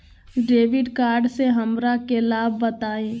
Debit card से हमरा के लाभ बताइए?